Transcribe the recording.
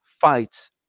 fights